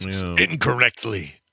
Incorrectly